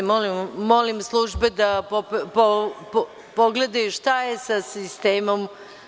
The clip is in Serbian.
Molim službe da pogledaju šta je sa sistemom.